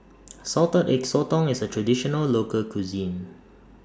Salted Egg Sotong IS A Traditional Local Cuisine